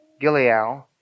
Gileal